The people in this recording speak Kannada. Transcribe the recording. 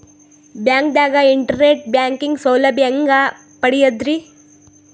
ಬ್ಯಾಂಕ್ದಾಗ ಇಂಟರ್ನೆಟ್ ಬ್ಯಾಂಕಿಂಗ್ ಸೌಲಭ್ಯ ಹೆಂಗ್ ಪಡಿಯದ್ರಿ?